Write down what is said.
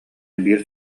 биир